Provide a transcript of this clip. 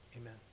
Amen